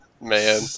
Man